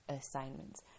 assignments